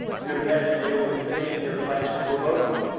you have had to deal with finishing your classes remotely,